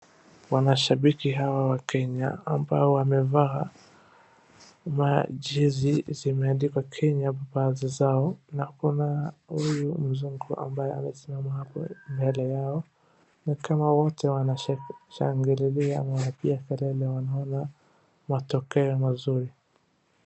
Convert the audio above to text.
Wanashabiki hawa wa kenya ambao wamevaa jezi zimeandikwa kenya baadhi zao na kuna huyu mzungu ambaye amesimama hapo mbele yao, ni kama wote wanashangililia wanapiga kelele wanaona matokeo mazuri.